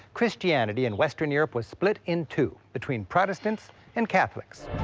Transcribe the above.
christianity in western europe was split in two between protestants and catholics.